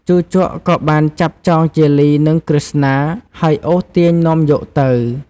ជូជកក៏បានចាប់ចងជាលី និងក្រឹស្នា ហើយអូសទាញនាំយកទៅ។